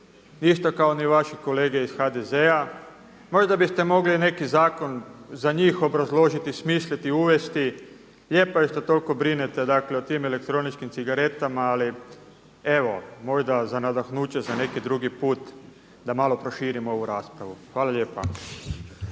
isto kao ni vaši kolege iz HDZ-a. Možda biste mogli i neki zakon za njih obrazložiti, smisliti, uvesti. Lijepo je što toliko brinete dakle o tim elektroničkim cigaretama, ali evo možda za nadahnuće za neki drugi put da malo proširimo ovu raspravu. Hvala lijepa.